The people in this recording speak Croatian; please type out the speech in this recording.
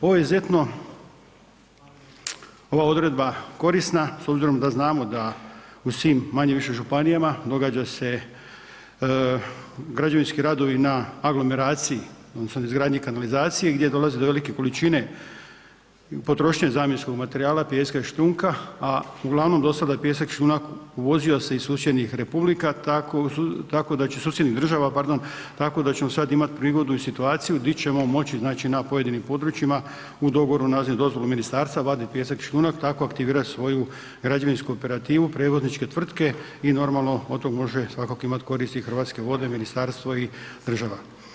Ovo je izuzetno, ova odredba korisna s obzirom da znamo da u svim manje-više županijama događa se građevinski radovi na aglomeraciji odnosno izgradnji kanalizacije gdje dolazi do velike količine potrošnje zamjenskog materijala, pijeska i šljunka, a uglavnom do sada je pijesak i šljunak uvozio se iz susjednih republika, tako da će, susjednih država, pardon, tako da ćemo sad imat prigodu i situaciju di ćemo moći, znači na pojedinim područjima u dogovoru … [[Govornik se ne razumije]] dozvolu ministarstva vadit pijesak i šljunak i tako aktivirat svoju građevinsku operativu prevozničke tvrtke i normalno od tog može svakako imat koristi i Hrvatske vode, ministarstvo i država.